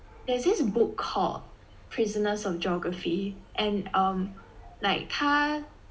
there's this book called prisoners of geography and um like 他